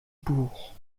bourg